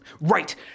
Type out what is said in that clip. Right